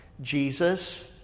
Jesus